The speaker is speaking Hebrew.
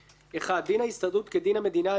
(1) דין ההסתדרות כדין המדינה לעניין